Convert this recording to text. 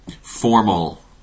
formal